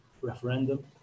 referendum